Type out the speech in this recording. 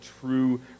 true